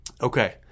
Okay